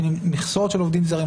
מכסות של עובדים זרים,